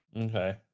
Okay